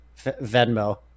venmo